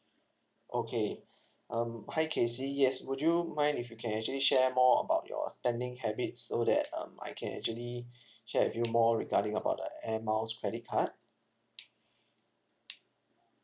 okay um hi casey yes would you mind if you can actually share more about your spending habits so that um I can actually share with you more regarding about the air miles credit card